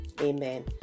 Amen